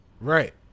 right